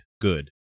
good